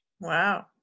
Wow